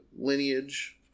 lineage